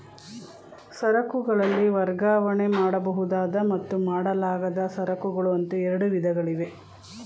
ಸರಕುಗಳಲ್ಲಿ ವರ್ಗಾವಣೆ ಮಾಡಬಹುದಾದ ಮತ್ತು ಮಾಡಲಾಗದ ಸರಕುಗಳು ಅಂತ ಎರಡು ವಿಧಗಳಿವೆ